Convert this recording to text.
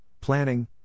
planning